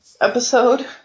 episode